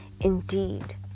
indeed